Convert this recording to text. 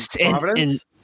Providence